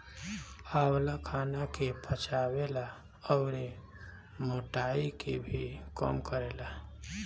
आंवला खाना के पचावे ला अउरी मोटाइ के भी कम करेला